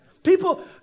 People